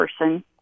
person